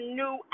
new